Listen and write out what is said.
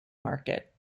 market